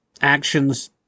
actions